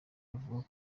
avuga